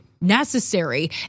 necessary